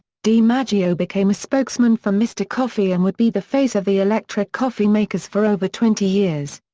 dimaggio became a spokesman for mr. coffee and would be the face of the electric coffee makers for over twenty years.